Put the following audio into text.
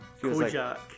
Kojak